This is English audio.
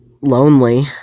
lonely